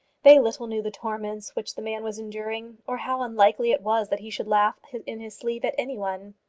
they little knew the torments which the man was enduring, or how unlikely it was that he should laugh in his sleeve at any one.